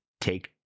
take